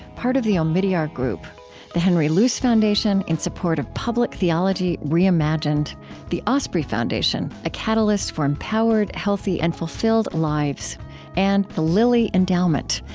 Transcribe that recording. part of the omidyar group the henry luce foundation, in support of public theology reimagined the osprey foundation a catalyst for empowered, healthy, and fulfilled lives and the lilly endowment,